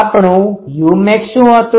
આપણું umax શુ હતું